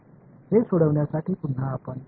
हे सोडवण्यासाठी पुन्हा आपण काही सेकंद घेणार आहोत